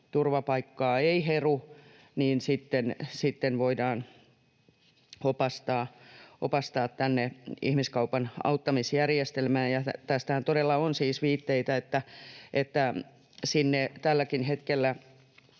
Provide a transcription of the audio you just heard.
turvapaikkaa ei heru, niin sitten voidaan opastaa ihmiskaupan auttamisjärjestelmään. Tästähän todella on siis viitteitä, että sinne tälläkin hetkellä